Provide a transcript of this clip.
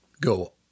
Go